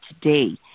today